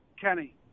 Kenny